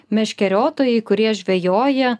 meškeriotojai kurie žvejoja